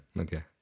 Okay